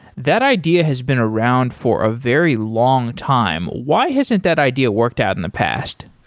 that idea has been around for a very long time. why hasn't that idea worked out in the past?